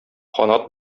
канат